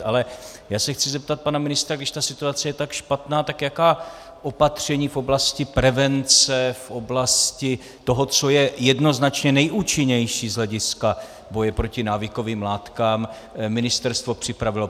Ale já se chci zeptat pana ministra, když ta situace je tak špatná, tak jaká opatření v oblasti prevence, v oblasti toho, co je jednoznačně nejúčinnější z hlediska boje proti návykovým látkám, ministerstvo připravilo.